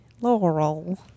Laurel